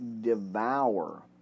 devour